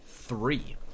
Three